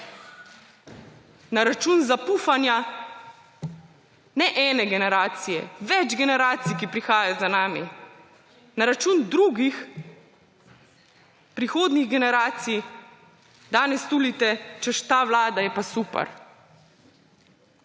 na račun zapufanja ne ene generacije, več generacij, ki prihajajo za nami, na račun drugih prihodnjih generacij danes tulite, češ ta vlada je pa super.